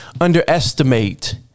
underestimate